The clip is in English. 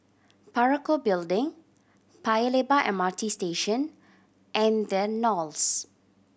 Parakou Building Paya Lebar M R T Station and The Knolls